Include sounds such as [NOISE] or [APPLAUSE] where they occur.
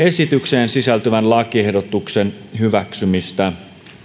[UNINTELLIGIBLE] esitykseen sisältyvän lakiehdotuksen hyväksymistä